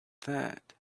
that